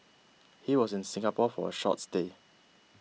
he was in Singapore for a short stay